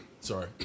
Sorry